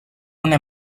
una